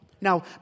Now